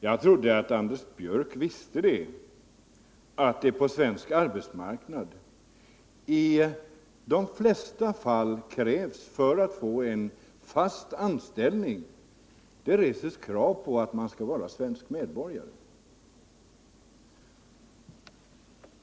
Jag trodde att Anders Björck visste det, att det på den svenska arbetsmarknaden för att få en fast anställning i de flesta fall reses krav på att man skall vara svensk medborgare.